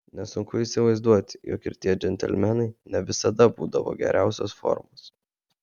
nesunku įsivaizduoti jog ir tie džentelmenai ne visada būdavo geriausios formos